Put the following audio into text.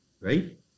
right